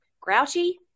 Grouchy